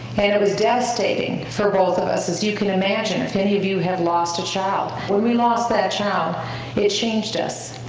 and it was devastating for both of us as you can imagine if any of you have lost a child. when we lost that child it changed us,